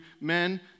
men